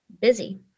busy